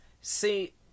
See